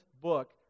book